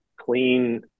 clean